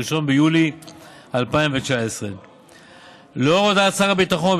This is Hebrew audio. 1 ביולי 2019. לאור הודעת שר הביטחון,